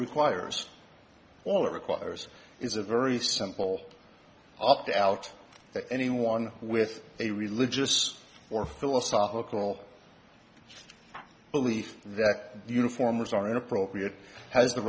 requires all it requires is a very simple opt out to anyone with a religious or philosophical belief that the uniforms are inappropriate has the